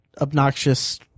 obnoxious